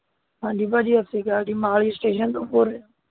ਹਾਂਜੀ ਭਾਅ ਜੀ ਸਤਿ ਸ਼੍ਰੀ ਅਕਾਲ ਜੀ ਮੋਹਾਲੀ ਸਟੇਸ਼ਨ ਤੋਂ ਬੋਲ ਰਹੇ